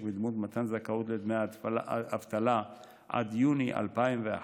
בדמות מתן זכאות לדמי אבטלה עד יוני 2021,